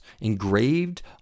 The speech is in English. engraved